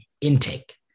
intake